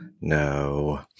No